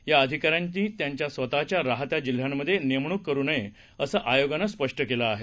या अधिकाऱ्यांची त्यांच्या स्वतःच्या राहत्या जिल्ह्यांमध्ये नेमणूक करू नये असं आयोगानं सांगितलं आहे